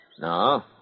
No